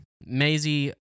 Maisie